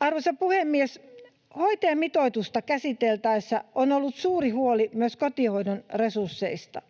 Arvoisa puhemies! Hoitajamitoitusta käsiteltäessä on ollut suuri huoli myös kotihoidon resursseista.